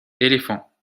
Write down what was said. éléphant